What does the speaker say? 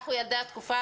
אנחנו ילדי התקופה,